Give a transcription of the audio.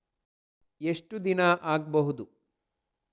ಎಷ್ಟು ದಿನ ಆಗ್ಬಹುದು?